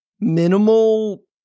minimal